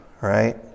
right